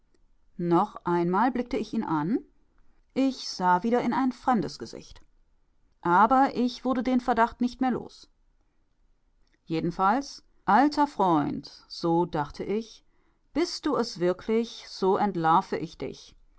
noch einmal blickte ich ihn an ich sah wieder in ein fremdes gesicht aber ich wurde den verdacht nicht mehr los jedenfalls alter freund so dachte ich bist du es wirklich so entlarve ich dich